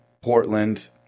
Portland